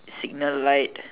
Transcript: signal light